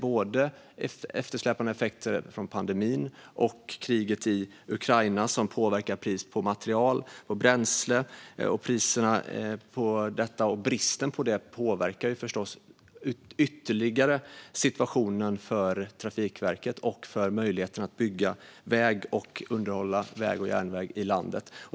Både eftersläpande effekter av pandemin och kriget i Ukraina påverkar priser och tillgång på material och bränsle, vilket förstås ytterligare påverkar situationen för Trafikverket och möjligheten att bygga väg och underhålla väg och järnväg i landet.